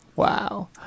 Wow